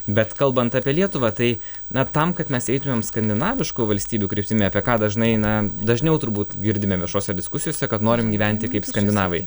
bet kalbant apie lietuvą tai na tam kad mes eitumėm skandinaviškų valstybių kryptimi apie ką dažnai na dažniau turbūt girdime viešose diskusijose kad norim gyventi kaip skandinavai